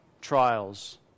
trials